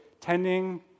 tending